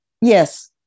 Yes